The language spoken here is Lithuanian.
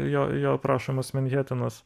jo jo aprašomas manhetenas